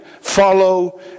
follow